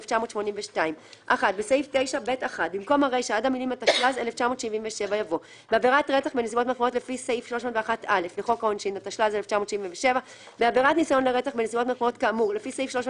23. בחוק סדר הדין הפלילי [נוסח משולב],